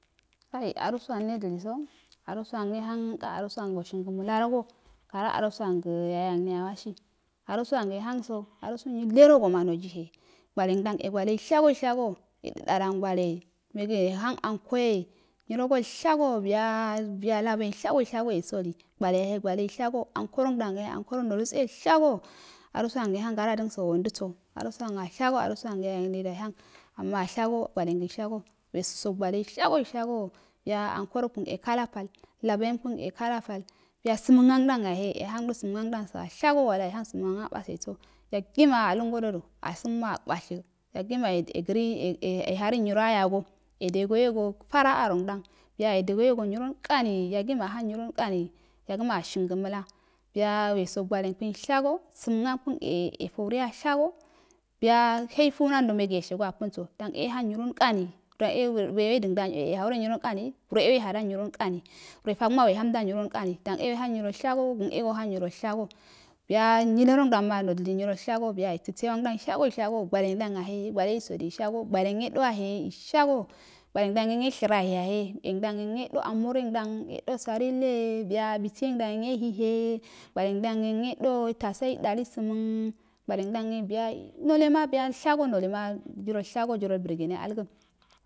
Kai a rusuwan nediliso arusuan ka arusuan woshiri gəməla rgo gara arusuamge yayangne awasi arusuan yehanso arusun nyilerogoma nojihe gwalengdan e gwalenashago shago yedadan gwale megayeham ankoye nyir rogoshaga biyu biyu labo en shago hago yesboli gwale yehe gwaleshaso ankorongdan yahe ankoro nultse ishago arusuan yehan gara dənso wonodəso arusuan ashaso arusangə yayangne da ye haha arnaashe ago weso gwaleshaso shaso biyu aur kərokun e kalapar larbo enkun ekola pal biyu samanm gbayorhe səmən angadan e abhago wala yehan səmən ongdan abois ebo yagima alungodo abumwa kwashi yogima yigəri e ehari nyirro a yago yedegoo yogo faraha rongdan biya yedegoyo go nyi ronarni yagima a hann yiro kani yagima a hannyro inkari yagima a hannəla bya weso a walekun ushaso səmən ankun e yeto ure ashago biya heifu nado mega yeshego ankunso dori e yehaunkani done wre we dəndano e ye hauwe nyiro nkani wre e we hadan nyrolnkani wrefagəma wehamda nyr rolnkani dan e yeh am nyiralshaso gən e go han nyira shaso biya nyilerongdame nodili nyirasha so biya go sesəyen gdanishaso ishaya gwalengdam yahe gwale sol ishya gwale yedowehei shago gwalen gdan yen yeu shrraheya he yengdan yenə sarille biyu bonye ngdan yen ye nihe gwalengdan yen e do tabaye dale səmən gwalengdom biyu nolema nalema jirolshaso noli malburgene algo,